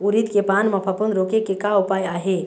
उरीद के पान म फफूंद रोके के का उपाय आहे?